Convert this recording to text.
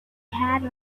had